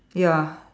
ya